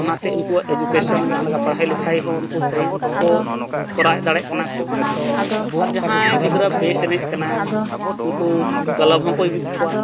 ᱚᱱᱟᱛᱮ ᱩᱱᱠᱩᱣᱟᱜ ᱡᱟᱦᱟᱸ ᱞᱮᱠᱟ ᱯᱟᱲᱦᱟᱭ ᱞᱮᱠᱷᱟᱭ ᱦᱚᱸ ᱩᱱᱠᱩ ᱥᱟᱹᱦᱤ ᱠᱚ ᱠᱚᱨᱟᱣ ᱫᱟᱲᱮᱜ ᱠᱟᱱᱟ ᱠᱚ ᱟᱨ ᱡᱟᱦᱟᱸᱭ ᱜᱤᱫᱽᱨᱟᱹ ᱵᱮᱥ ᱮᱱᱮᱡ ᱠᱟᱱᱟᱭ ᱩᱱᱠᱩ ᱦᱚᱸᱠᱚ ᱤᱫᱤᱭᱮᱫ ᱠᱚᱣᱟ